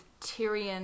Tyrion